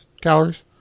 calories